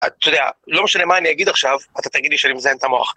אתה יודע, לא משנה מה אני אגיד עכשיו, אתה תגיד לי שאני מזיין את המוח.